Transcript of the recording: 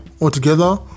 altogether